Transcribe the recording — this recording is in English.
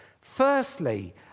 Firstly